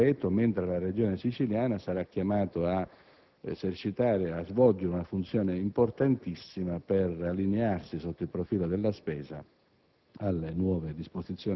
il tutto - ripeto - mentre la Regione siciliana sarà chiamata a svolgere una funzione importantissima per allinearsi, sotto il profilo della spesa,